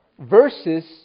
versus